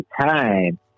time